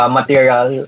material